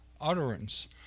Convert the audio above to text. utterance